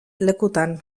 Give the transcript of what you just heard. lekutan